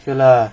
play lah